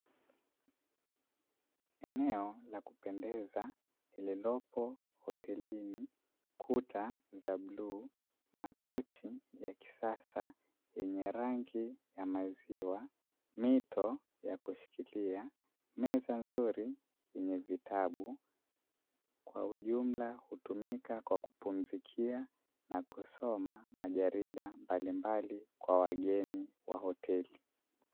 Eneo la kupendeza lililopo hotelini, kuta za bluu makochi ya kisasa yenye rangi ya maziwa, mito ya kushikilia, meza nzuri yenye vitabu kwa ujumla utumika kupumzikia na kusoma majarida mbalimbali kwa wageni wa hoteli.